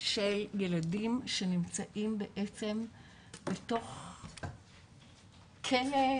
של ילדים שנמצאים בעצם בתוך כלא,